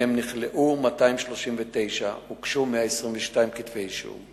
ומהם נכלאו 239 והוגשו 122 כתבי אישום,